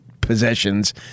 possessions